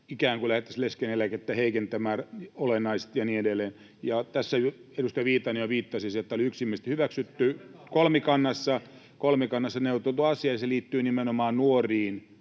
ikään kuin lähdettäisiin leskeneläkettä heikentämään olennaisesti, ja niin edelleen, ja tässä edustaja Viitanen jo viittasi siihen, että tämä oli yksimielisesti hyväksytty, kolmikannassa neuvoteltu asia, ja se liittyy nimenomaan nuoriin